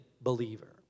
believer